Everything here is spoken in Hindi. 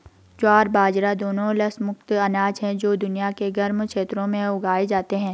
ज्वार बाजरा दोनों लस मुक्त अनाज हैं जो दुनिया के गर्म क्षेत्रों में उगाए जाते हैं